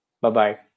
Bye-bye